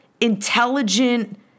intelligent